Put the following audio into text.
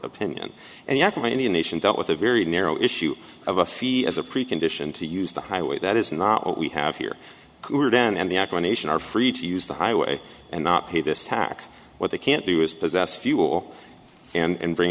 opinion and yet when any nation dealt with a very narrow issue of a fee as a precondition to use the highway that is not what we have here who are then and the acclamation are free to use the highway and not pay this tax what they can't do is possess fuel and bring